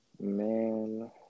Man